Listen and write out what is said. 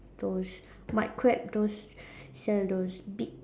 those mud crab those sell those big